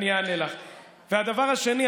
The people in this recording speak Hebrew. והדבר השני,